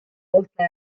kohtla